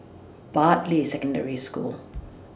Bartley Secondary School